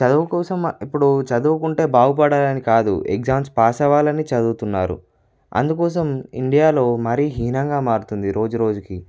చదువు కోసం ఇప్పుడు చదువుకుంటే బాగుపడాలని కాదు ఎగ్జామ్స్ పాస్ అవ్వాలని చదువుతున్నారు అందుకోసం ఇండియాలో మరి హీనంగా మారుతుంది రోజురోజుకీ